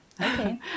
Okay